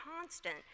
constant